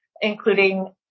including